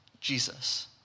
Jesus